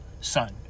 son